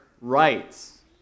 rights